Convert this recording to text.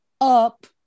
up